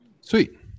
Sweet